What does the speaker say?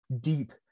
deep